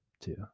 two